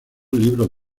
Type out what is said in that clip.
libros